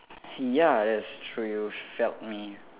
ya that's true you felt me